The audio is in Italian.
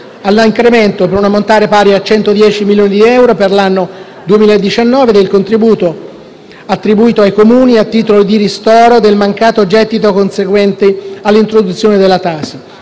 all'incremento, per un ammontare pari a 110 milioni di euro per l'anno 2019, del contributo attribuito ai Comuni a titolo di ristoro del mancato gettito conseguente all'introduzione della TASI,